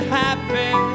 happy